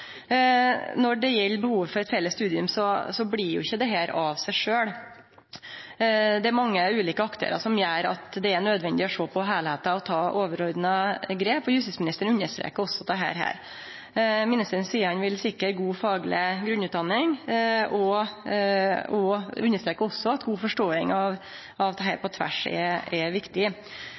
Når det gjeld behovet for eit felles studium, blir ikkje dette til av seg sjølv. Det er mange ulike aktørar som gjer at det er nødvendig å sjå på heilskapen og ta overordna grep, og justisministeren understreka også dette. Ministeren seier at han vil sikre ei god, fagleg grunnutdanning, og han understreka også at god forståing av dette på tvers er viktig.